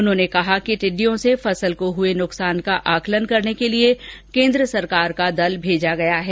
उन्होंने कहा कि टिड्डियों से फसल को हुए नुकसान का आंकलन करने के लिए केन्द्र सरकार का दल भेजा गया है